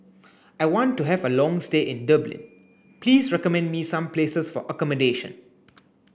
I want to have a long stay in Dublin please recommend me some places for accommodation